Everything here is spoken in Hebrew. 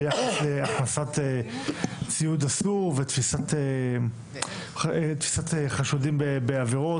ביחס להכנסת ציוד אסור ותפיסת חשודים בעבירות.